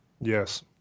Yes